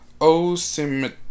Osim